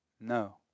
No